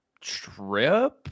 trip